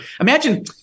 Imagine